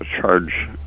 charge